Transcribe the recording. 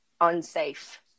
unsafe